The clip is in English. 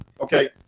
Okay